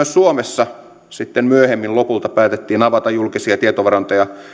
suomessa sitten myöhemmin lopulta päätettiin avata julkisia tietovarantoja